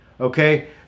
okay